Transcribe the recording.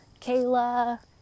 Kayla